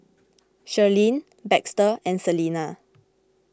Shirleen Baxter and Celena